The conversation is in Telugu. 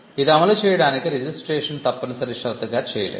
ఇది అమలు చేయడానికి రిజిస్ట్రేషన్ను తప్పనిసరి షరతుగా చేయలేదు